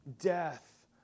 death